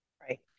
right